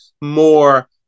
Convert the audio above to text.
more